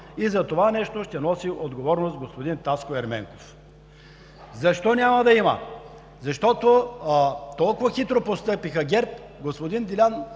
и за това нещо ще носи отговорност господин Таско Ерменков. Защо няма да има? Защото толкова хитро постъпиха ГЕРБ. Господин Делян